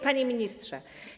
Panie Ministrze!